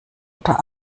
oder